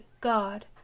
God